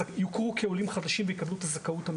יש רשויות שהיה בהן אחד עשר מוקדים ורשויות של שישה מוקדים,